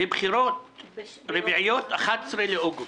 ובחירות רביעיות - 11 לאוגוסט.